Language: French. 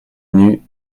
venus